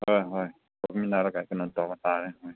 ꯍꯣꯏ ꯍꯣꯏ ꯇꯧꯃꯤꯟꯅꯔꯒ ꯀꯩꯅꯣ ꯇꯧꯕ ꯇꯥꯔꯦ ꯍꯣꯏ